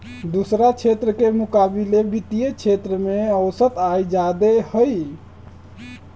दोसरा क्षेत्र के मुकाबिले वित्तीय क्षेत्र में औसत आय जादे हई